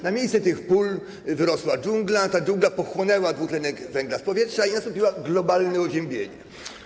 Na miejscu tych pól wyrosła dżungla, ta dżungla pochłonęła dwutlenek węgla z powietrza i nastąpiło globalne oziębienie.